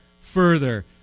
further